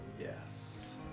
yes